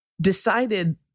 decided